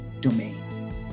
domain